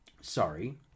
Sorry